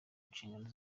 nshingano